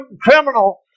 criminal